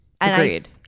Agreed